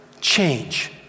change